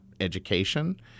education